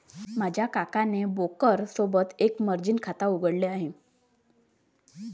माझ्या काकाने ब्रोकर सोबत एक मर्जीन खाता उघडले आहे